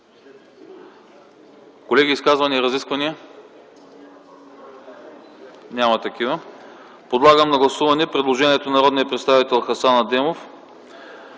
ли изказвания, разисквания? Няма. Подлагам на гласуване предложението на народния представител Хасан Адемов,